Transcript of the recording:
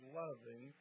loving